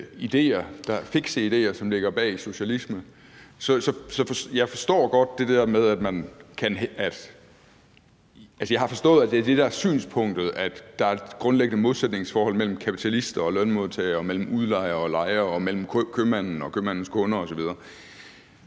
fikse idéer, som ligger bag socialismen, så har jeg godt forstået, at der er det der synspunkt med, at der er et grundlæggende modsætningsforhold mellem kapitalist og lønmodtager og mellem udlejer og lejer og mellem købmanden og købmandens kunder osv.